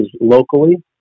locally